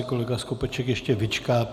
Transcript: Kolega Skopeček ještě vyčká.